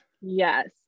Yes